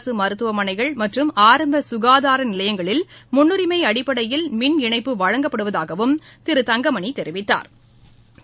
அரசுமருத்துவமனைகள் மற்றும் ஆரம்பசுகாதாரநிலையங்களில் முனனுரிமைஅடிப்படையில் மின் இணைப்பு வழங்கப்படுவதாகவும் திரு தங்கமணிதெரிவித்தாா்